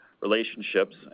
relationships